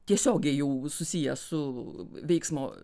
tiesiogiai jų susiję su veiksmo